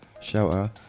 shelter